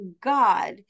God